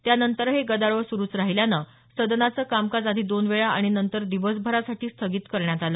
त्यानंतरही गदारोळ सुरुच राहिल्यानं सदनाचं कामकाज आधी दोन वेळा आणि नंतर दिवसभरासाठी स्थगित करण्यात आलं